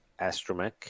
Astromech